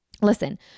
Listen